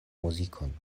muzikon